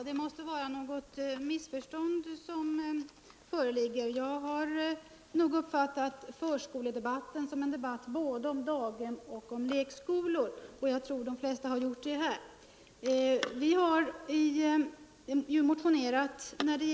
Herr talman! Förskoledebatten är en debatt både om daghem och om lekskolor, och jag tror att de flesta här har förstått det.